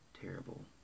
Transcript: terrible